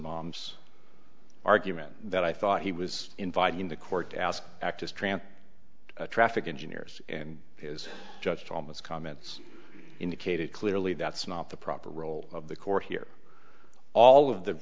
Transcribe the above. mom's argument that i thought he was inviting the court to ask act as trant traffic engineers and is just almost comments indicated clearly that's not the proper role of the court here all of the